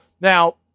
Now